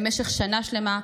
במשך שנה שלמה,